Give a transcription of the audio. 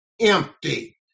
empty